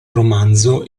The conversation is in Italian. romanzo